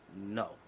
No